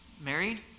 married